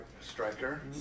Striker